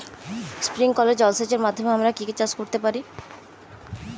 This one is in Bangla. স্প্রিংকলার জলসেচের মাধ্যমে আমরা কি কি চাষ করতে পারি?